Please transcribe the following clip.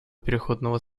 переходного